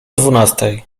dwunastej